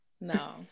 no